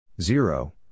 zero